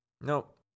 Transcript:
Nope